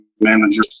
manager